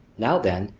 now then,